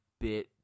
bit